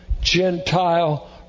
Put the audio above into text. Gentile